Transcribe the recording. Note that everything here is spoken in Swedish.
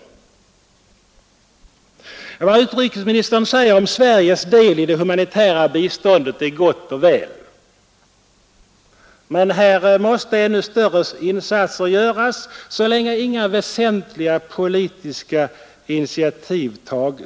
Vad utrikesministern säger om Sveriges del i det humanitära biståndet är gott och väl, men här måste ännu starkare insatser göras så länge inga väsentliga politiska initiativ tas.